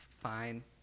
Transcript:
fine